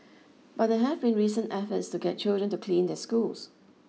but there have been recent efforts to get children to clean their schools